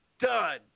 done